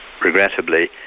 regrettably